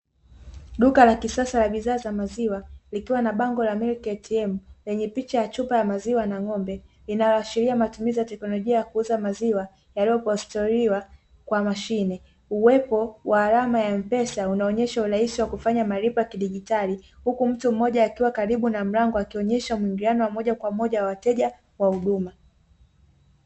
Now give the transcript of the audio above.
Duka la kisasa la bidhaa za maziwa likiwa na bango la milki eitiemu lenye picha ya chupa la maziwa na ng'ombe, inayoashiria matumizi ya teknolojia ya kuuza maziwa yaliyokuwa postoliwa kwa mashine, uwepo wa alama ya emupesa unaonyesha urahisi wa kufanya malipo ya kidijitali, huku mtu mmoja akiwa karibu na mlango akionyesha muingiliano wa moja kwa moja wa wateja wa huduma.